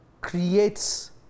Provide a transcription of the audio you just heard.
creates